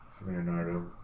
Leonardo